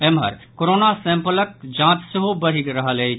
एम्हर कोरोना सैंपलक जांच सेहो बढ़ि रहल अछि